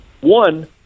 One